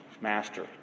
master